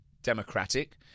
democratic